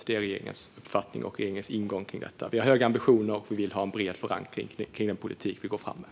Det är regeringens uppfattning och ingång till detta. Vi har höga ambitioner och vill ha en bred förankring av den politik vi går fram med.